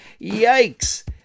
Yikes